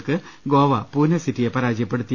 കൾക്ക് ഗോവ പൂനെ സിറ്റിയെ പരാജയപ്പെടുത്തി